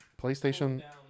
PlayStation